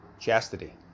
chastity